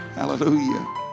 hallelujah